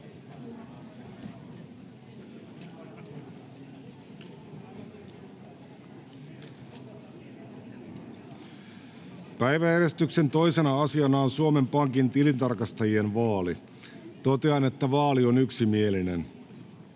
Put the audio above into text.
Päiväjärjestyksen 2. asiana on Suomen Pankin tilintarkasta-jien vaali. Totean, että vaali on yksimielinen.